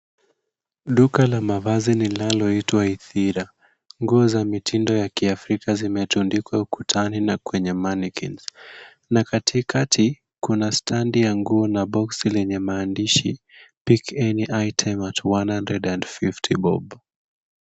Duka la mavazi linaloitwa Ithira . Nguo za mitindo za kiafrika zimetundikwa ukutani na kwenye mannequins na katikati, kuna standi ya nguo na boksi lenye maandishi pick any item at 150 bob .